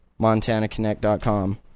MontanaConnect.com